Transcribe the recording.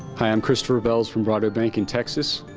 i'm chris rebels from broader banking texas.